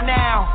now